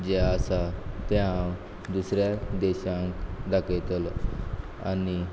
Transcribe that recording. जे आसा ते हांव दुसऱ्या देशांक दाखयतलो आनी